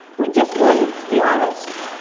we just wouldn't be honest.